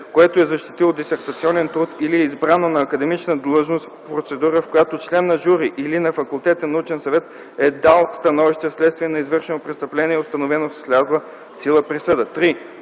което е защитило дисертационен труд или е избрано на академична длъжност в процедура, в която член на жури или на факултетен/научен съвет е дал становище, вследствие на извършено престъпление, установено с влязла в сила присъда;